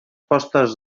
postes